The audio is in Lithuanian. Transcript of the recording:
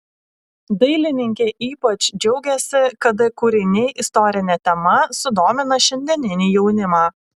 dailininkė ypač džiaugiasi kada kūriniai istorine tema sudomina šiandieninį jaunimą